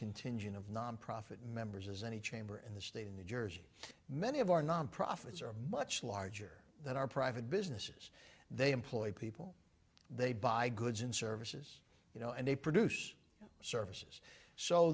contingent of nonprofit members as any chamber in the state in the jersey many of our nonprofits are much larger than our private businesses they employ people they buy goods and services you know and they produce services so